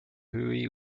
hui